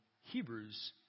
Hebrews